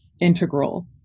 integral